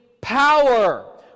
power